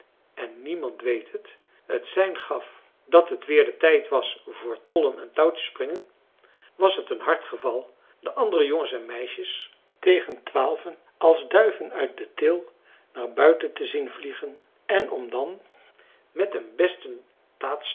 en niemand weet het het sein gaf dat het weer de tijd was voor tollen en touwtjespringen was het een hard geval de andere jongens en meisjes tegen twaalven als duiven uit de til naar buiten te zien vliegen en om dan met een besten